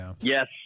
Yes